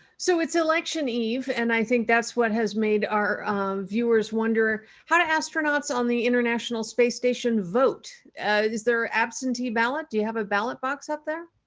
so it's election eve and i think that's what has made our viewers wonder, how do astronauts on the international space station vote? is their absentee ballot. do you have a ballot box up there?